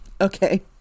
Okay